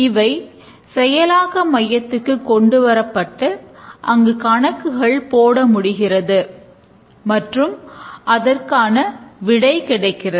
இவை செயலாக்க மையத்துக்கு கொண்டுவரப்பட்டு அங்கு கணக்குகள் போட முடிகிறது மற்றும் அதற்கான விடை கிடைக்கிறது